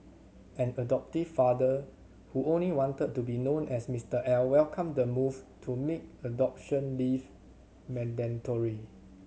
an adoptive father who only wanted to be known as Mister L welcomed the move to make adoption leave mandatory